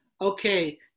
okay